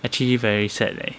actually very sad leh